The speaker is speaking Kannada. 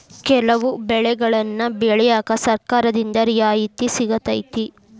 ಕೆಲವು ಬೆಳೆಗನ್ನಾ ಬೆಳ್ಯಾಕ ಸರ್ಕಾರದಿಂದ ರಿಯಾಯಿತಿ ಸಿಗತೈತಿ